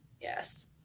Yes